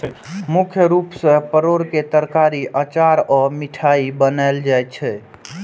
मुख्य रूप सं परोर के तरकारी, अचार आ मिठाइ बनायल जाइ छै